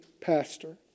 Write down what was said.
pastor